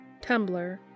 Tumblr